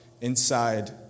inside